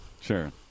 Sure